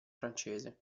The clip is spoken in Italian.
francese